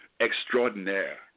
extraordinaire